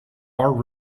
are